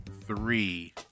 three